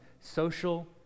social